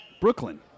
Brooklyn